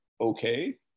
okay